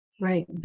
right